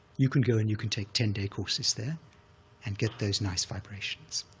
you can go, and you can take ten day courses there and get those nice vibrations.